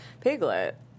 Piglet